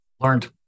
learned